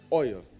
oil